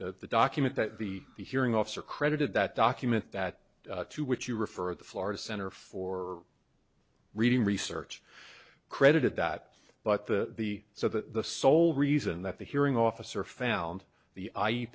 the document that the the hearing officer credited that document that to which you refer the florida center for reading research credited that but the the so the sole reason that the hearing officer found the i